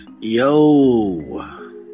Yo